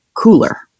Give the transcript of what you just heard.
Cooler